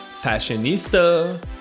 fashionista